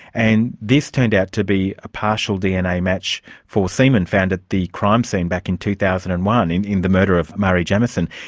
and this turned out to be a partial dna match for semen found at the crime scene back in two thousand and one, and in the murder of marie jamieson.